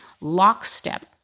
lockstep